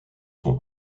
son